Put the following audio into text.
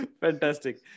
Fantastic